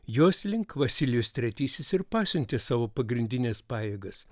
jos link vasilijus tretysis ir pasiuntė savo pagrindines pajėgas